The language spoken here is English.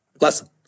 lesson